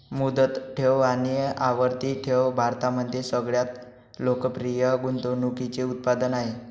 मुदत ठेव आणि आवर्ती ठेव भारतामध्ये सगळ्यात लोकप्रिय गुंतवणूकीचे उत्पादन आहे